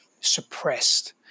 suppressed